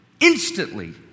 instantly